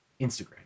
Instagram